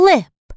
Lip